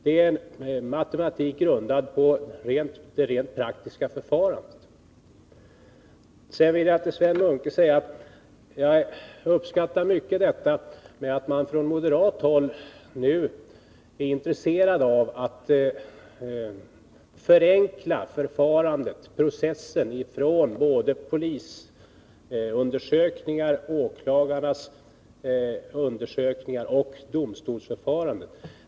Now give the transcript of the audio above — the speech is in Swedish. Det är en matematik grundad på det rent praktiska förfarandet. Sedan vill jag till Sven Munke säga att jag mycket uppskattar att man från moderat håll nu är intresserad av att förenkla processen från polisundersökningar över åklagarnas undersökningar till domstolsförfarandet.